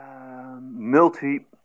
multi